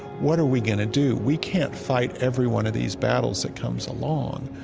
what are we going to do? we can't fight every one of these battles that comes along.